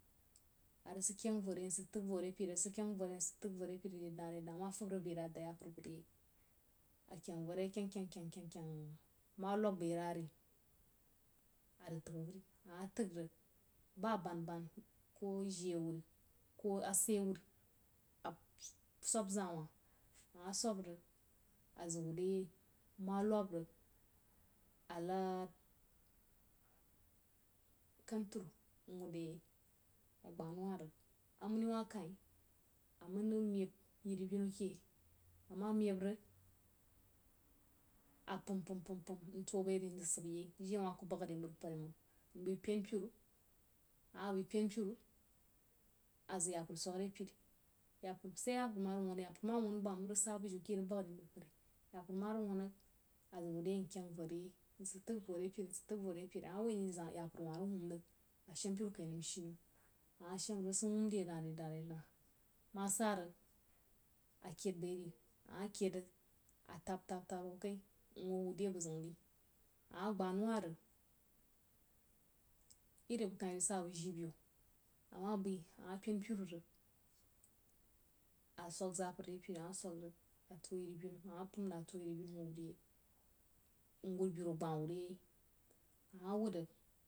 A rig səg kyəng voh reyei a rig jəg fəg voh re peri re da kah ma fab rig bai rəg a wud zapər yei a kyəng voh re yei kyəng-kyəng kyəng ma lob bai ra re a zəg təg van ama təg rig ba bən, koh jii awuni, koh astai awuri a sub zań re yei ama sub rig a zəg wur yei nma lab rig a nad katuru a gbah nau wa rig amaní wa kain aman rig meib yiri binu keh amah meib rig a pam-pam pam atubbai ri nzəg səbbn yei je awa ku bəg re mri pari məng mbai pen-peru, ama bai pen-peru a zəg zapər swəg re peri sai zapər ma rig wan raig zapər ma wan bam rig saá bujiu keh rig bad re mri pari zapər ma rig wan rig a zəg wur yei nkyəng voh re yei nsəg təg voh re peri nsəg tog voh re peri amah woi nai zapər wah rig wən rig a shəmp peri kai nəm shi nəam anah sham rig, rig səg wom re dah-re dah ma sa rig aveid bai ri ama keid rəg atab-tab tab hwo kai nhwo wur re beh ziu re amah gbah nau wah rig iri abəg kain rig sa bəg jii-biu ama bai pan-peru rig a swəg zapər re peri ama swəg rig a tuo yini-binu ama pən rig atuo yir-binu nhwo wuru yei mwud beru agbawu re yi ama wud rig.